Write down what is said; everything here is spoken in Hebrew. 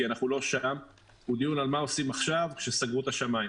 נראה לך סביר?